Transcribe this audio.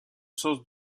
sens